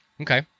Okay